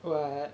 what